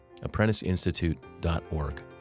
ApprenticeInstitute.org